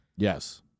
Yes